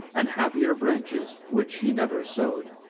and happier branches, which she never sow'd.